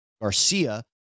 Garcia